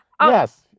Yes